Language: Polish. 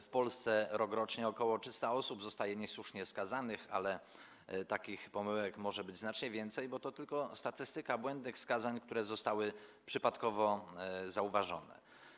W Polsce rokrocznie ok. 300 osób zostaje niesłusznie skazanych, ale takich pomyłek może być znacznie więcej, bo to tylko statystyka błędnych skazań, które zostały przypadkowo zauważone.